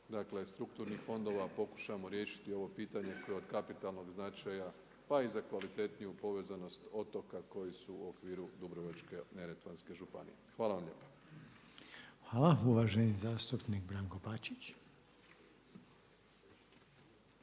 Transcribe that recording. banke, Strukturnih fondova pokušamo riješiti ovo pitanje koje je od kapitalnog značaja pa i za kvalitetniju povezanost otoka koji su u okviru Dubrovačko-neretvanske županije. Hvala vam lijepa. **Reiner, Željko (HDZ)** Hvala.